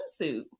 swimsuit